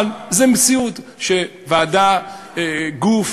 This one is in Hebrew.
אבל זו מציאות שוועדה, גוף